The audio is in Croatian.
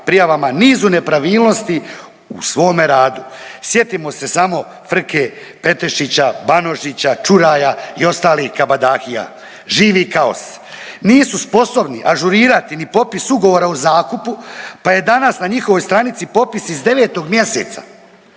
prijavama, nizu nepravilnosti u svome radu. Sjetimo se samo Frke Petešića, Banožića, Ćuraja i ostalih kabadahija. Živi kaos! Nisu sposobni ažurirati ni popis ugovora o zakupu, pa je danas na njihovoj stranici popis iz 9 mjeseca.